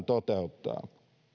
toteuttaa